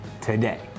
today